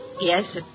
Yes